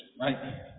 right